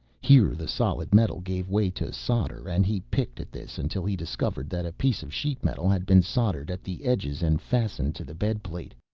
here the solid metal gave way to solder and he picked at this until he discovered that a piece of sheet metal had been soldered at the edges and fastened to the bedplate.